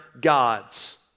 gods